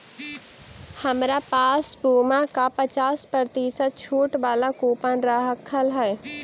हमरा पास पुमा का पचास प्रतिशत छूट वाला कूपन रखल हई